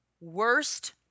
worst